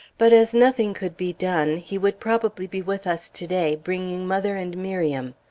but as nothing could be done, he would probably be with us to-day, bringing mother and miriam.